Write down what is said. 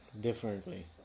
differently